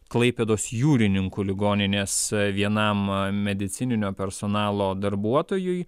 klaipėdos jūrininkų ligoninės vienam medicininio personalo darbuotojui